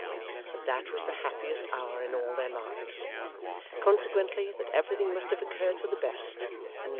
that that was the happiest hour in all their lives consequently, that everything must have occurred for the best,